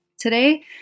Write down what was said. Today